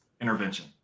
intervention